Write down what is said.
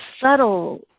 subtle